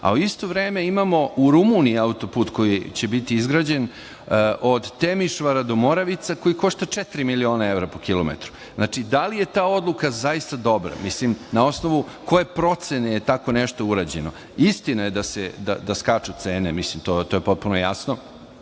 a u isto vreme imamo u Rumuniji auto-put koji će biti izgrađen od Temišvara do Moravica koji košta četiri miliona evra po kilometru. Znači, da li je odluka zaista dobra. Mislim, na osnovu koje procene je tako nešto urađeno. Istina je da skaču cene, mislim, to je potpuno jasno